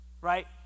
right